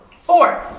Four